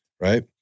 Right